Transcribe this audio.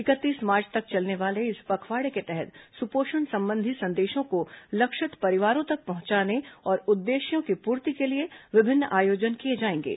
इकतीस मार्च तक चलने वाले इस पखवाड़े के तहत सुपोषण संबंधी संदेशों को लक्षित परिवारों तक पहुंचाने और उद्देश्यों की पूर्ति के लिए विभिन्न आयोजन किए जाएंगे